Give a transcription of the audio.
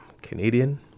Canadian